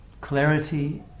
clarity